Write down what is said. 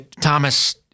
Thomas